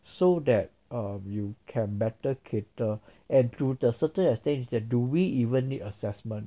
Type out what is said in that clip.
so that um you can better cater and to the certain extent is that do we even need assessment